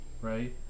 Right